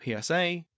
PSA